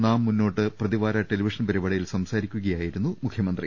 നാം മുന്നോട്ട് പ്രതിവാര ടെലിവിഷൻ പരിപാടിയിൽ സംസാ രിക്കുകയായിരുന്നു മുഖ്യമന്ത്രി